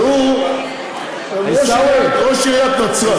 והוא, ראש עיריית נצרת.